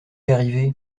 arrivé